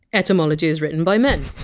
etymology is written by men.